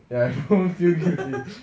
ya I don't feel guilty